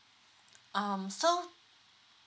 um so